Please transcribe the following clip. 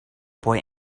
boy